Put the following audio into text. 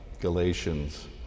Galatians